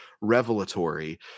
revelatory